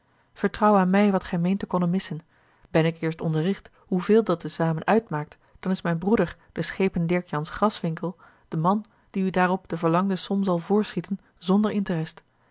vertrouw aan mij wat gij meent te konnen missen ben ik eerst onderricht hoeveel dat te zamen uitmaakt dan is mijn broeder de schepen dirk jansz graswinckel de man die u daarop de verlangde som zal voorschieten zonder interest